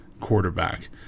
quarterback